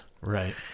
Right